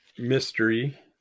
mystery